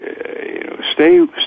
stay